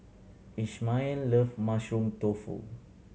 Ishmael love Mushroom Tofu